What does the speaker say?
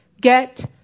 Get